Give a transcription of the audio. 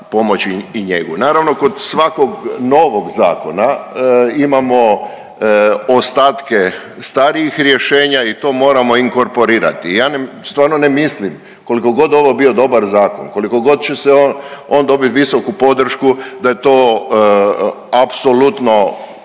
pomoć i njegu. Naravno kod svakog novog zakona imamo ostatke starijih rješenja i to moramo inkorporirati. Ja stvarno ne mislim koliko god ovo bio dobar zakon, koliko god će on dobiti visoku podršku da je to apsolutno